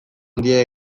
handia